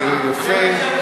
זה יפה.